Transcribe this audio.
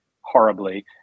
horribly